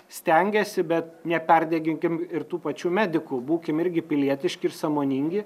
stengiasi bet neperdeginkim ir tų pačių medikų būkim irgi pilietiški ir sąmoningi